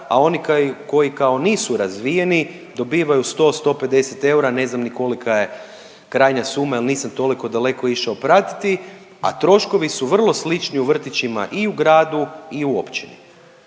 a oni koji kao nisu razvijeni dobivaju 100, 150 eura ne znam ni kolika je krajnja suma jer nisam toliko daleko išao pratiti, a troškovi su vrlo slični u vrtićima i u gradu i u općini.